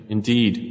Indeed